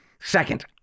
Second